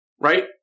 right